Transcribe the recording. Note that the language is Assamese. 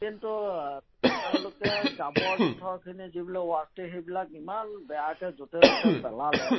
কিন্তু তেওঁলোকে জাবৰ জোঁথৰখিনি যিবিলাক সেইবিলাক ইমান বেয়াকৈ য'তে ত'তে পেলালে